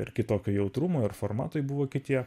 ir kitokio jautrumo ir formatai buvo kitie